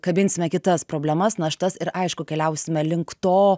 kabinsime kitas problemas naštas ir aišku keliausime link to